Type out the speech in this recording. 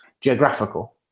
geographical